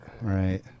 Right